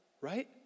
right